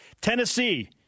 Tennessee